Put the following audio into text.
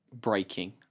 breaking